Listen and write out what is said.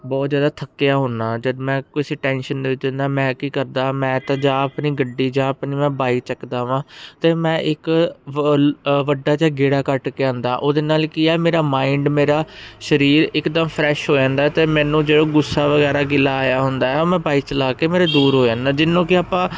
ਬਹੁਤ ਜ਼ਿਆਦਾ ਥੱਕਿਆ ਹੁੰਦਾ ਜਦ ਮੈਂ ਕਿਸੇ ਟੈਨਸ਼ਨ ਦੇ ਵਿੱਚ ਹੁੰਦਾ ਮੈਂ ਕੀ ਕਰਦਾ ਮੈਂ ਤਾਂ ਜਾਂ ਆਪਣੀ ਗੱਡੀ ਜਾ ਆਪਣੀ ਮੈਂ ਬਾਈਕ ਚੱਕਦਾ ਵਾਂ ਅਤੇ ਮੈਂ ਇੱਕ ਵ ਵੱਡਾ ਜਿਹਾ ਗੇੜਾ ਕੱਢ ਕੇ ਆਉਂਦਾ ਉਹਦੇ ਨਾਲ ਕੀ ਆ ਮੇਰਾ ਮਾਇੰਡ ਮੇਰਾ ਸਰੀਰ ਇੱਕਦਮ ਫਰੈਸ਼ ਹੋ ਜਾਂਦਾ ਅਤੇ ਮੈਨੂੰ ਜਦੋਂ ਗੁੱਸਾ ਵਗੈਰਾ ਗਿਲਾ ਆਇਆ ਹੁੰਦਾ ਉਹ ਮੈਂ ਬਾਈਕ ਚਲਾ ਕੇ ਮੇਰੇ ਦੂਰ ਹੋ ਜਾਂਦਾ ਜਿਹਨੂੰ ਕਿ ਆਪਾਂ